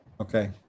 Okay